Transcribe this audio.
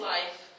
life